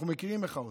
אנחנו מכירים מחאות,